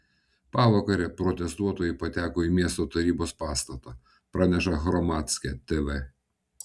pavakarę protestuotojai pateko į miesto tarybos pastatą praneša hromadske tv